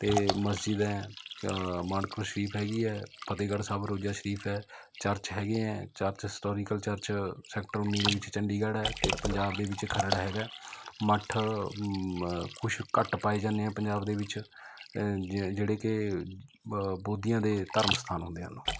ਅਤੇ ਮਸਜਿਦ ਹੈ ਮਾਣ ਖੁਸ਼ਰੀਫ ਹੈਗੀ ਹੈ ਫਤਿਹਗੜ੍ਹ ਸਾਹਿਬ ਰੋਜਾ ਸ਼ਰੀਫ ਹੈ ਚਰਚ ਹੈਗੇ ਹੈ ਚਰਚ ਹਿਸਟੋਰੀਕਲ ਚਰਚ ਸੈਕਟਰ ਉੱਨੀ ਦੇ ਵਿੱਚ ਚੰਡੀਗੜ੍ਹ ਹੈ ਅਤੇ ਪੰਜਾਬ ਦੇ ਵਿੱਚ ਖਰੜ ਹੈਗਾ ਮੱਠ ਕੁਛ ਘੱਟ ਪਾਏ ਜਾਂਦੇ ਆ ਪੰਜਾਬ ਦੇ ਵਿੱਚ ਜਿਹ ਜਿਹੜੇ ਕਿ ਬ ਬੋਧੀਆਂ ਦੇ ਧਰਮ ਸਥਾਨ ਹੁੰਦੇ ਹਨ